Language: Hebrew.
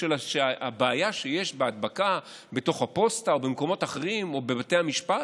בשל הבעיה שיש בהדבקה בתוך הפוסטה או במקומות אחרים או בבתי המשפט,